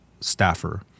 staffer